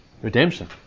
Redemption